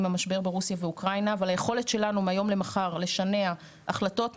עם המשבר ברוסיה ואוקראינה אבל היכולת שלנו מהיום למחר לשנע החלטות,